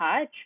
touch